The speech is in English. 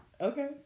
Okay